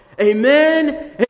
Amen